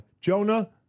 Jonah